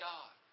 God